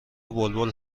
بلبل